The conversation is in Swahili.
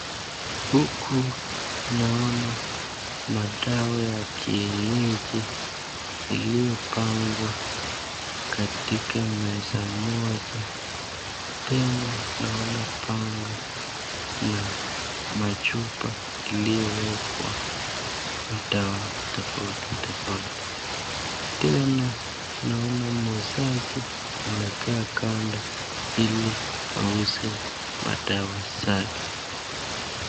Huku naona madawa ya kienyeji iliyopangwa katika meza moja. Tena naona panga na machupa iliyowekwa madawa tofauti tofauti. Tena naona muuzaji amekaa kando ili auze madawa zake.